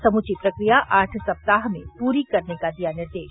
समूची प्रक्रिया आठ सप्ताह में पूरी करने का दिया निर्देश